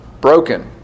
broken